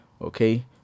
okay